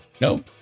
no